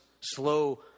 slow